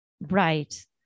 right